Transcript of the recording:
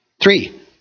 Three